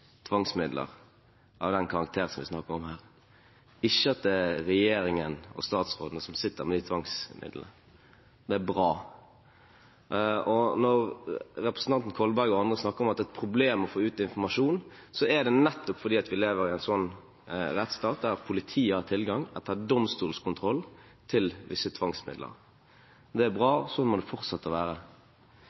tvangsmidler av den karakter som vi snakker om her, og at det ikke er regjeringen og statsråden som sitter med de tvangsmidlene. Det er bra. Når representanten Kolberg og andre snakker om at det er et problem å få ut informasjon, er det nettopp fordi vi lever i en slik rettsstat, der det er politiet som har tilgang etter domstolskontroll til visse tvangsmidler. Det er bra, og slik må det fortsette å være.